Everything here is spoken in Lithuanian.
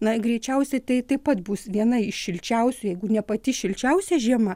na greičiausiai tai taip pat bus viena iš šilčiausių jeigu ne pati šilčiausia žiema